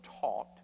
taught